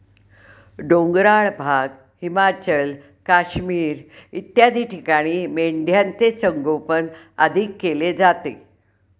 डोंगराळ भाग, हिमाचल, काश्मीर इत्यादी ठिकाणी मेंढ्यांचे संगोपन अधिक केले जाते